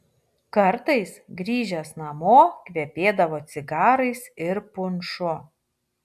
kartais grįžęs namo kvepėdavo cigarais ir punšu